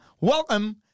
welcome